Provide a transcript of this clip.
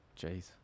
Jeez